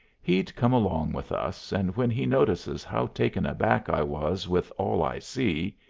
he'd come along with us, and when he notices how taken aback i was with all i see,